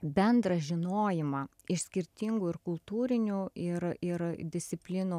bendrą žinojimą iš skirtingų ir kultūrinių ir ir disciplinų